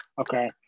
Okay